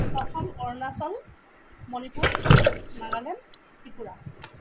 Assam Arunachal Manipur Nagaland Tripura